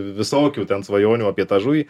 visokių ten svajonių apie tą žuvį